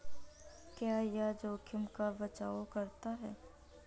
क्या यह जोखिम का बचाओ करता है?